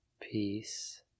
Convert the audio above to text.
peace